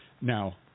Now